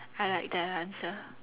I like that answer